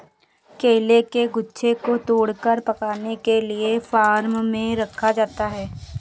केले के गुच्छों को तोड़कर पकाने के लिए फार्म में रखा जाता है